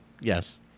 Yes